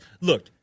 look